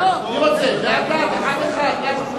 לאט-לאט, אחד-אחד.